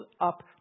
up